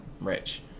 rich